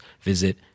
visit